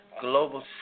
global